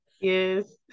Yes